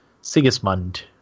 Sigismund